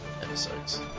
episodes